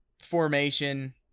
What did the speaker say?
formation